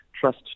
trust